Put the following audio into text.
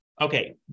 Okay